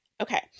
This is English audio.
Okay